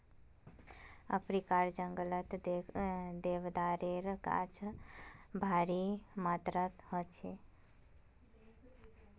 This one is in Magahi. अफ्रीकार जंगलत देवदारेर गाछ भारी मात्रात ह बे